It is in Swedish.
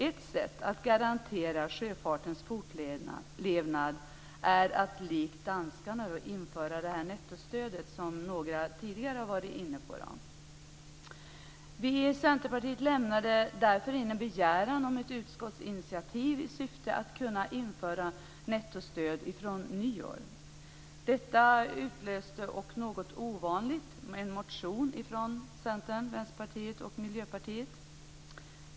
Ett sätt att garantera sjöfartens fortlevnad är att likt danskarna införa nettostödet - som någon har varit inne på tidigare. Vi i Centerpartiet lämnade därför in en begäran om ett utskottsinitiativ i syfte att kunna införa nettostöd från nyår. Detta utlöste något ovanligt, nämligen en motion från Socialdemokraterna, Vänsterpartiet och Miljöpartiet.